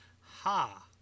Ha